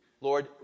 Lord